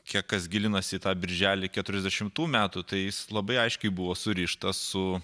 kiek kas gilinasi į tą birželį keturiasdešimtų metų tai jis labai aiškiai buvo surištas su